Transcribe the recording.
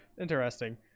Interesting